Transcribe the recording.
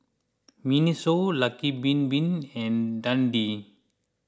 Miniso Lucky Bin Bin and Dundee